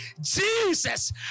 Jesus